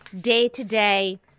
Day-to-day